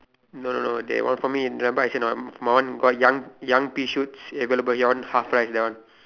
no no no that one for me and back see not my one got young young pea shoots available your one half price that one